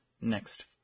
next